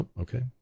Okay